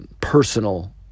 personal